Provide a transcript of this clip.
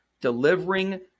delivering